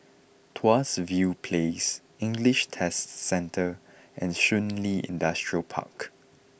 Tuas View Place English Test Centre and Shun Li Industrial Park